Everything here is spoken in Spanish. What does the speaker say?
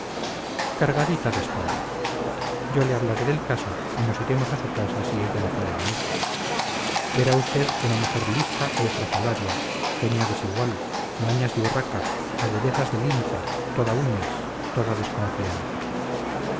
cargadita de espaldas yo le hablaré del caso y nos iremos a su casa si ella no puede salir verá usted una mujer lista y estrafalaria genio desigual mañas de urraca agudezas de lince toda uñas toda desconfianza